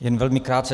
Jen velmi krátce.